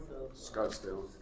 Scottsdale